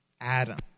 Adam